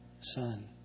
son